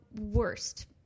worst